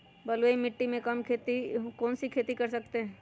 बलुई मिट्टी में हम कौन कौन सी खेती कर सकते हैँ?